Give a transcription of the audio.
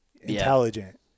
intelligent